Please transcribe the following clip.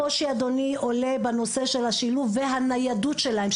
הקושי עולה בנושא של השילוב והניידות שלהם,